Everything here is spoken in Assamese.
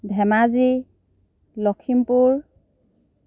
ধেমাজী লখিমপুৰ